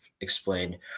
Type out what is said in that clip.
explain